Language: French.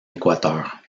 équateur